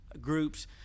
groups